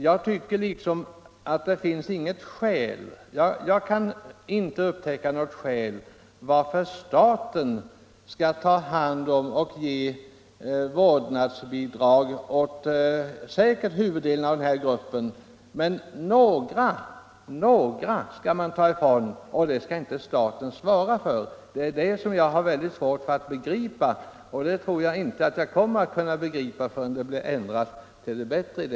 Jag kan inte upptäcka något skäl till att staten skall ge vårdbidrag till huvuddelen av den här gruppen, medan det är några som staten inte skall svara för. Det är detta som jag har väldigt svårt att begripa, och jag kommer inte att anse att förhållandena är rimliga förrän det blivit en ändring till det bättre.